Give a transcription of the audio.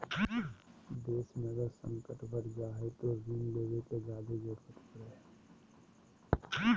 देश मे अगर संकट बढ़ जा हय तो ऋण लेवे के जादे जरूरत पड़ो हय